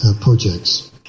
projects